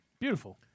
Beautiful